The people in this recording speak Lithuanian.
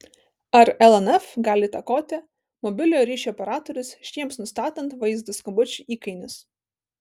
ar lnf gali įtakoti mobiliojo ryšio operatorius šiems nustatant vaizdo skambučių įkainius